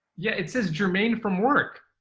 yeah, it says jermaine from work.